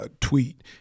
tweet